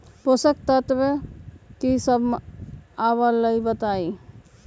पोषक तत्व म की सब आबलई बताई?